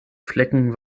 flecken